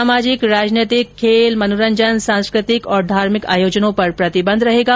सामाजिक राजनैतिक खेल मनोरंजन सांस्कृतिक और धार्मिक आयोजनों पर प्रतिबंध रहेगा